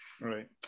Right